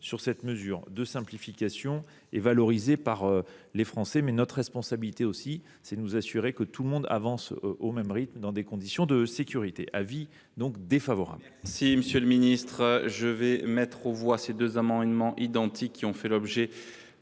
de cette mesure de simplification souhaitée par les Français. Mais notre responsabilité est aussi de nous assurer que tout le monde avance au même rythme, dans des conditions de sécurité. J’émets donc un avis défavorable